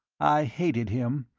i hated him,